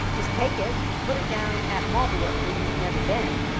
just take it, put it down at mobilook where you've never been